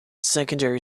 secondary